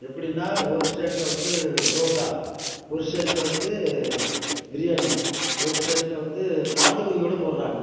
எப்படின்னா ஒரு ஸ்டேட்டில் வந்து புரோட்டா ஒரு ஸ்டேட்டில் வந்து பிரியாணி ஒரு ஸ்டேட்டில் வந்து மாட்டுக்கறி கூட போடுறாங்க